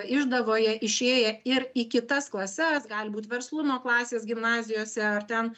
išdavoje išėję ir į kitas klases gali būt verslumo klasės gimnazijose ar ten